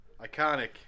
Iconic